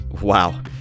Wow